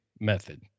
method